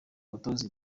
umutoza